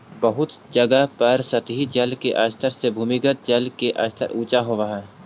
बहुत जगह पर सतही जल के स्तर से भूमिगत जल के स्तर ऊँचा होवऽ हई